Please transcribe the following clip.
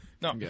No